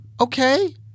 Okay